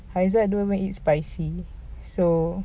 haizat don't even eat spicy so